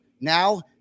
now